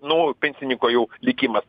nu pensininko jau likimas